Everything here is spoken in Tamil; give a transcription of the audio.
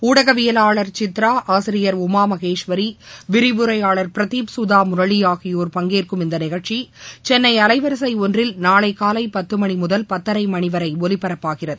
ணடகவியலாளர் சித்ரா ஆசிரியர் உமா மகேஸ்வரி விரிவுரையாளர் பிரதீப் சுதா முரளி ஆகியோர் பங்கேற்கும் இந்த நிகழ்ச்சி சென்னை அலைவரிசை ஒன்றில் நாளை காலை பத்து மணி முதல் பத்தரை மணி வரை ஒலிபரப்பாகிறது